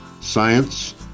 science